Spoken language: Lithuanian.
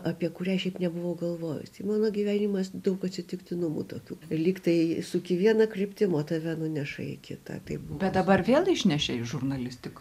apie kurią šiaip nebuvau galvojus tai mano gyvenimas daug atsitiktinumų tokių lyg tai suki viena kryptim o tave nuneša į kitą taip bet dabar vėl išnešė į žurnalistiką